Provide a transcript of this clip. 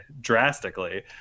drastically